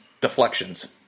deflections